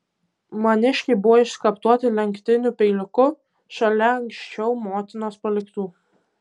maniškiai buvo išskaptuoti lenktiniu peiliuku šalia anksčiau motinos paliktų